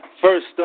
First